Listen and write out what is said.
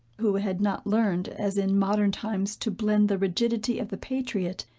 who had not learned, as in modern times to blend the rigidity of the patriot,